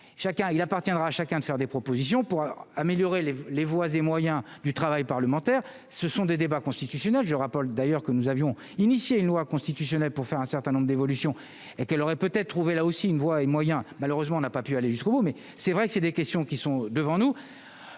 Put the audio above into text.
il appartiendra à chacun de faire des propositions pour améliorer les voies et moyens du travail parlementaire, ce sont des débats constitutionnels je rappelle d'ailleurs que nous avions initié une loi constitutionnelle pour faire un certain nombre d'évolutions et qu'elle aurait peut-être trouvé là aussi une voix et moyens malheureusement on n'a pas pu aller jusqu'au bout, mais c'est vrai que c'est des questions qui sont devant nous